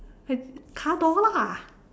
I car door lah